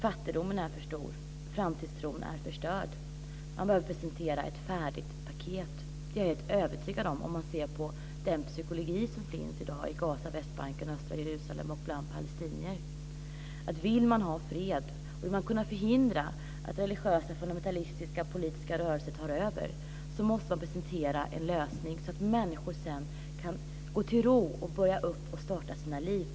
Fattigdomen är för stor, och framtidstron är förstörd. Man behöver presentera ett färdigt paket. Det är jag helt övertygad om, om man ser på den psykologi som finns i dag i Gaza, på Västbanken och i östra Jerusalem och bland palestinier. Om man vill ha fred och kunna förhindra att religiösa fundamentalistiska politiska rörelser tar över så måste man presentera en lösning så att människor sedan kan få ro och starta sina liv.